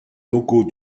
locaux